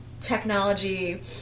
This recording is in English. technology